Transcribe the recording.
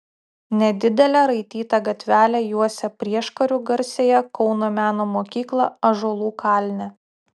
nedidelė raityta gatvelė juosia prieškariu garsiąją kauno meno mokyklą ąžuolų kalne